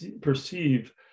perceive